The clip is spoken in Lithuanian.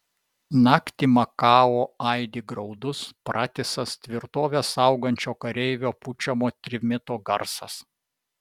naktį makao aidi graudus pratisas tvirtovę saugančio kareivio pučiamo trimito garsas